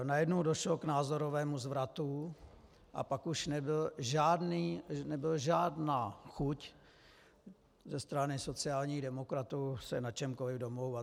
Najednou došlo k názorovému zvratu a pak už nebyla žádná chuť ze strany sociálních demokratů se na čemkoliv domlouvat.